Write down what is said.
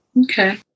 Okay